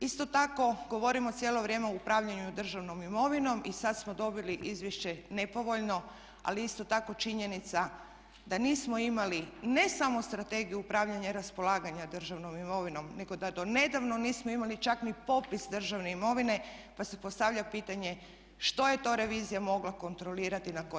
Isto tako govorimo cijelo vrijeme o upravljanju državnom imovinom i sad smo dobili izvješće nepovoljno, ali isto tako je činjenica da nismo imali ne samo Strategiju upravljanja i raspolaganja državnom imovinom, nego da do nedavno nismo imali čak ni popis državne imovine, pa se postavlja pitanje što je to revizija mogla kontrolirati i na koji način.